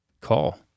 call